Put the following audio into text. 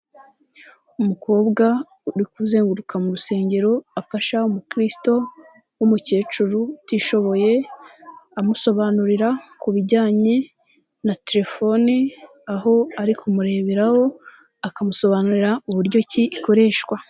Umukobwa, uri kuzenguruka mu rusengero, afasha umukristo w'umukecuru, utishoboye, amusobanurira ku bijyanye na telefoni, aho ari kumureberaho, akamusobanurira uburyo ki ikoreshwa.